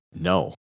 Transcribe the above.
No